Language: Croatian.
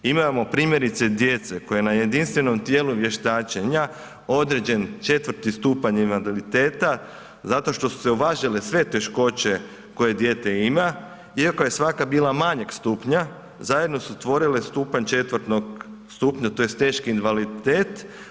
Imamo primjerice djece kojima je na jedinstvenom tijelu vještačenja određen četvrti stupanj invaliditeta zato što su se uvažile sve teškoće koje dijete ima iako je svaka bila manjeg stupnja, zajedno su tvorile stupanj četvrtog stupnja tj. teški invaliditet.